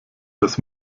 das